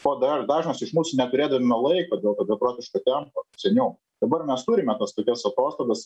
ko dar dažnas iš mūsų neturėdavome laiko dėl to beprotiško tempo seniau dabar mes turime tas tokias atostogas